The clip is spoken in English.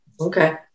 Okay